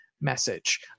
message